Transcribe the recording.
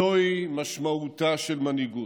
זוהי משמעותה של מנהיגות.